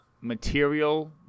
material